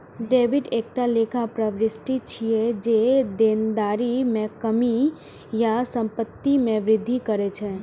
debit एकटा लेखा प्रवृष्टि छियै, जे देनदारी मे कमी या संपत्ति मे वृद्धि करै छै